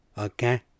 Okay